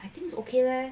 I think it's okay leh